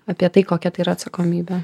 apie tai kokia tai yra atsakomybė